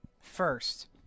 first